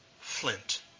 flint